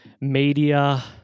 media